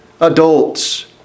adults